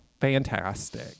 fantastic